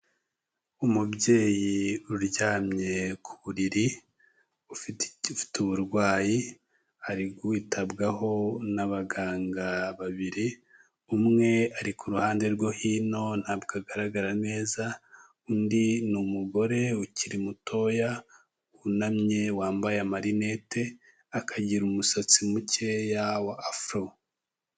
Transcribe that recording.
Umubyeyi uryamye ku buriri ufite uburwayi, ari witabwaho n'abaganga babiri, umwe ari kuruhande rwo hino ntabwo agaragara neza, undi nigore ukiri mutoya wunamye wambaye amarinete akagira umusatsi mukeya wa afuro.